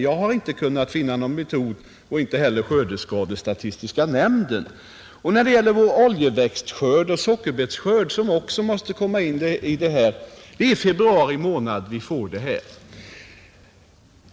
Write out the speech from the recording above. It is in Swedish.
Jag har inte kunnat finna någon metod, och det har inte heller skördestatistiska nämnden kunnat. Även vår oljeväxtskörd och sockerbetsskörd måste komma med, och det är i februari månad vi får uppgifterna.